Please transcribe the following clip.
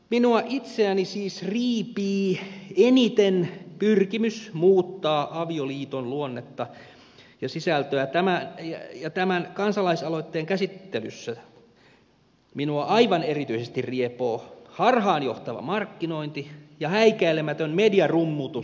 minua itseäni siis riipii eniten pyrkimys muuttaa avioliiton luonnetta ja sisältöä ja tämän kansalaisaloitteen käsittelyssä minua aivan erityisesti riepoo harhaanjohtava markkinointi ja häikäilemätön mediarummutus asian ympärillä